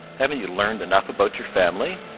haven't you learned enough about your family?